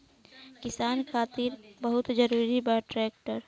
किसान खातिर बहुत जरूरी बा ट्रैक्टर